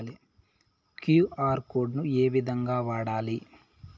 QR code ను ఏ విధంగా వాడాలి?